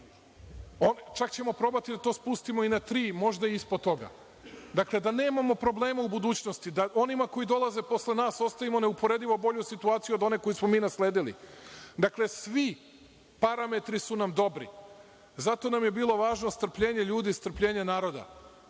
Čak ćemo probati da to spustimo i na 3, možda i ispod toga, da nemamo problema u budućnosti, da onima koji dolaze posle nas ostavimo neuporedivo bolju situaciju od one koju smo mi nasledili. Svi parametri su nam dobri. Zato nam je bilo važno strpljenje ljudi, strpljenje naroda